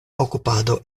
okupado